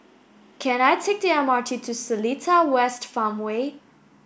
can I take the M R T to Seletar West Farmway